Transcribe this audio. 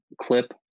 clip